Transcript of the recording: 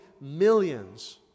millions